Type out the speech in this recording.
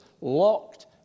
locked